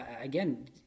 again